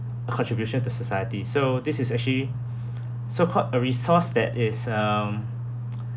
contribution to society so this is actually so-called a resource that is um